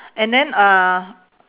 and then uh